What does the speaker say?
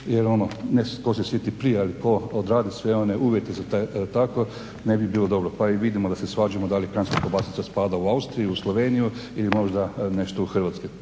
jer ono ne tko se sjeti prije, ali tko odradi sve one uvjete za taj, tako ne bi bio dobro, pa i vidimo da se svađamo da li kranjska kobasica spada u Austriju, Sloveniju ili možda nešto u Hrvatsku.